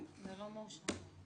זה לא מאושר.